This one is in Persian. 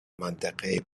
منطقه